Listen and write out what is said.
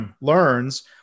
learns